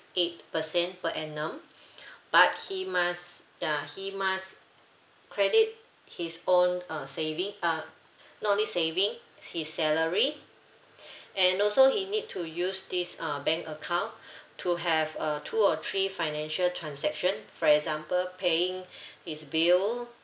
eight percent per annum but he must ya he must credit his own uh saving uh not only saving his salary and also he need to use this uh bank account to have uh two or three financial transaction for example paying his bill